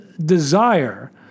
desire